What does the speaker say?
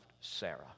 Sarah